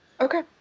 Okay